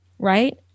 Right